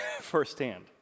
firsthand